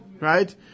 Right